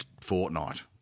fortnight